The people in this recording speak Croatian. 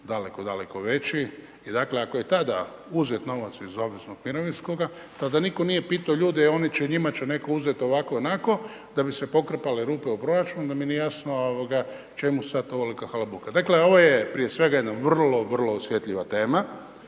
daleko, daleko veći. I dakle, ako je tada uzet novac iz obveznog mirovinskoga, tada nitko nije pitao ljude, oni će, njima će netko uzeti ovako, onako, da bi se pokrpale rupe u proračunu, onda mi nije jasno čemu sad ovolika halabuka. Dakle, ovo je prije svega jedna vrlo osjetljiva tema.